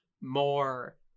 more